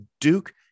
Duke